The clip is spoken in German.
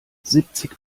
siebzig